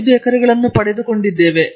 5 ಎಕರೆಗಳನ್ನು ಪಡೆದುಕೊಂಡಿದ್ದೇವೆ